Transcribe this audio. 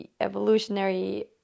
evolutionary